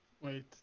Wait